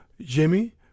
Jimmy